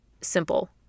simple